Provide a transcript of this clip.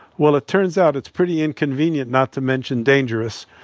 well, it turns out it's pretty inconvenient, not to mention dangerous,